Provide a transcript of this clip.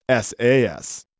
SAS